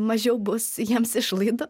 mažiau bus jiems išlaidų